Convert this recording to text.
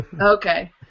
Okay